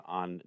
on